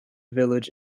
village